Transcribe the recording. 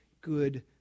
good